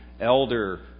elder